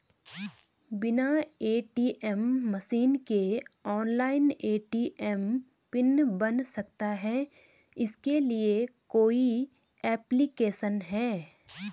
बिना ATM machine के online ATM PIN बन सकता है इसके लिए कोई ऐप्लिकेशन है?